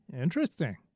interesting